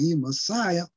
Messiah